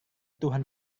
tuhan